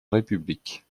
république